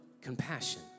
Compassion